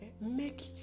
Make